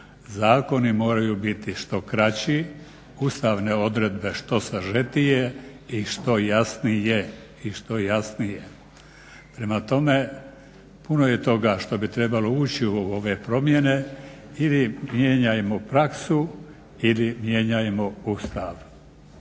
Zakoni moraju biti što kraći, ustavne odredbe što sažetije i što jasnije. Prema tome, puno je toga što bi trebalo ući u ove promjene ili mijenjajmo praksu ili mijenjajmo Ustav.